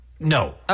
No